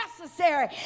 necessary